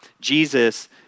Jesus